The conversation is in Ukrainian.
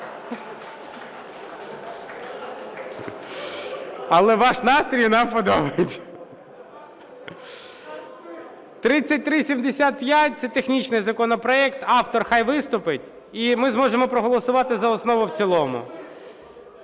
але ваш настрій нам подобається. 3375 – це технічний законопроект, автор нехай виступить, і ми зможемо проголосувати за основу і в цілому.